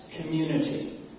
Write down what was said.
community